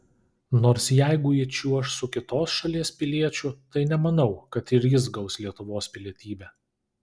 nors jeigu ji čiuoš su kitos šalies piliečiu tai nemanau kad ir jis gaus lietuvos pilietybę